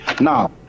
Now